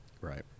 Right